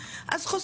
ואז מה?